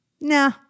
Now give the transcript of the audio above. Nah